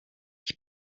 ich